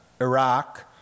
Iraq